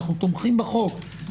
אנחנו תומכים בחוק,